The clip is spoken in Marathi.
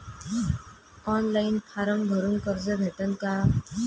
ऑनलाईन फारम भरून कर्ज भेटन का?